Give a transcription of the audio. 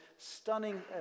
stunning